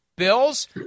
Bills